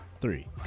three